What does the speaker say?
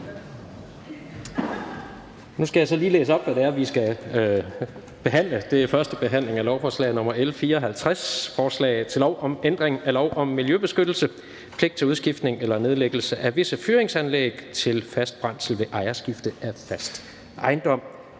er vedtaget. --- Det næste punkt på dagsordenen er: 8) 1. behandling af lovforslag nr. L 54: Forslag til lov om ændring af lov om miljøbeskyttelse. (Pligt til udskiftning eller nedlæggelse af visse fyringsanlæg til fast brændsel ved ejerskifte af fast ejendom).